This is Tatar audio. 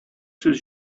сүз